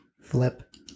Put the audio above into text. Flip